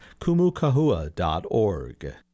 kumukahua.org